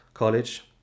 college